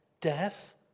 death